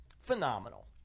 phenomenal